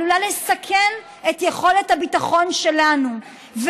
עלולה לסכן את יכולת הביטחון שלנו,